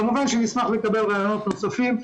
כמובן, נשמח לקבל רעיונות נוספים.